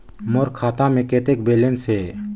मोर खाता मे कतेक बैलेंस हे?